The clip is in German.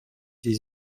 sie